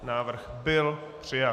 Návrh byl přijat.